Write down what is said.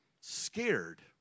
scared